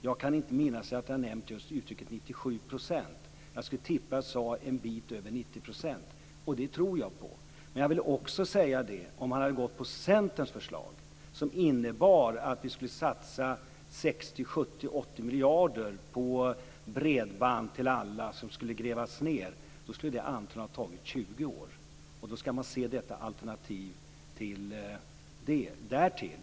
Jag kan inte minnas att jag har nämnt just 97 %, utan jag skulle tippa att jag sagt en bit över 90 %, och det tror jag på. Om man hade gått på Centerns förslag, som innebar att vi skulle satsa 60, 70 eller 80 miljarder på att gräva ned bredband till alla, skulle det antagligen ta 20 år. Detta alternativ ska ses i förhållande därtill.